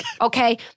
okay